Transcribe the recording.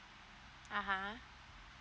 uh !huh!